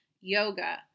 yoga